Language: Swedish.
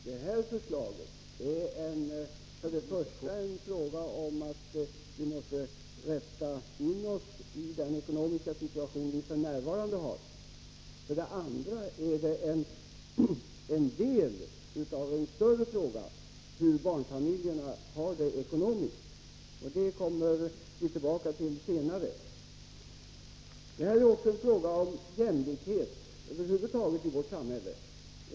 Det aktuella förslaget innebär först och främst att vi måste rätta in oss i den ekonomiska situation som vi f. n. har. Förslaget är vidare en del av en större fråga, hur barnfamiljerna har det ekonomiskt. Det kommer vi tillbaka till senare. Detta är också en fråga om jämlikhet över huvud taget i vårt samhälle.